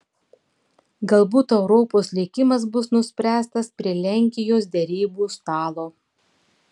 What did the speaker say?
galbūt europos likimas bus nuspręstas prie lenkijos derybų stalo